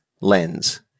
lens